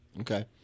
okay